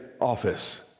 office